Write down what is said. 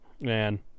Man